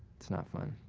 it's not fun.